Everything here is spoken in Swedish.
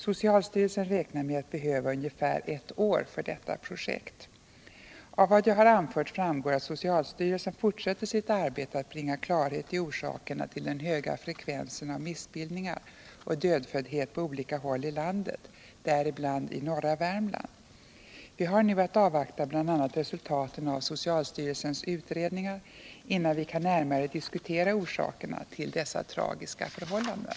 Socialstyrelsen räknar med att behöva ungefär ett år för detta proickt. Av vad jag har anfört framgår att socialstyrelsen fortsätter sitt arbete att bringa klarhet i orsakerna till den höga frekvensen av missbildningar och dödföddhet på olika håll i landet, däribland i norra Värmland. Vi har nu att avvakta bl.a. resultaten av socialstyrelsens utredningar, innan vi kan närmare diskutera orsakerna till dessa tragiska förhållanden.